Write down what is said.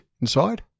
inside